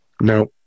No